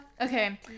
okay